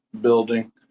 building